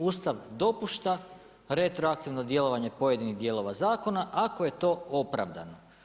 Ustav dopušta retroaktivno djelovanje pojedinih dijelova zakona ako je to opravdano.